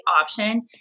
option